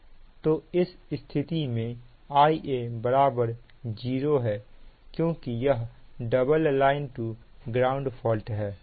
तो इस स्थिति में Ia 0 हैक्योंकि यह double line to ground fault है